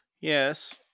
Yes